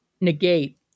negate